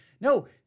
No